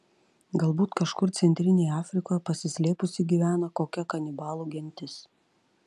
galbūt kažkur centrinėje afrikoje pasislėpusi gyvena kokia kanibalų gentis